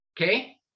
okay